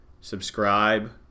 subscribe